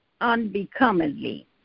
unbecomingly